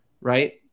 right